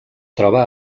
troba